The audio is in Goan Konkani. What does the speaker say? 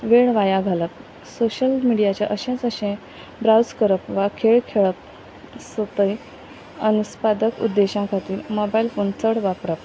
वेळ वाया घालप सोशल मिडियाचे अशेंच अशे ब्रावज करप वा खेळ खेळप सुपय अनुस्पादक उद्देशां खातीर मोबायल फोन चड वापरप